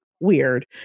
weird